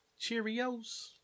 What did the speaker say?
Cheerios